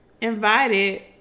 invited